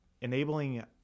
enabling